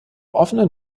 offenen